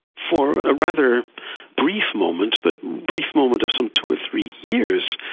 for a rather brief moment, but brief moment of some two or three years,